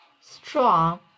strong